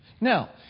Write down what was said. Now